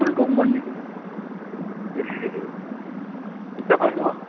कुन कम्पनीको ए त्यो तपाईँको